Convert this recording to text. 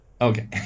Okay